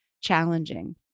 challenging